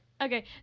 Okay